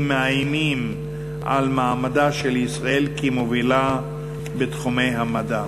מאיימים על מעמדה של ישראל כמובילה בתחומי המדע.